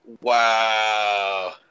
Wow